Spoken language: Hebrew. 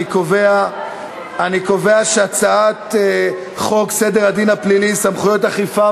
אני קובע שהצעת חוק סדר הדין הפלילי (סמכויות אכיפה,